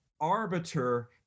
arbiter